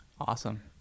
Awesome